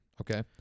okay